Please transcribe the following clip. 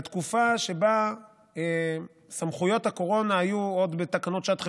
בתקופה שבה סמכויות הקורונה היו עוד בתקנות שעת חירום,